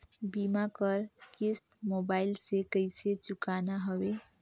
बीमा कर किस्त मोबाइल से कइसे चुकाना हवे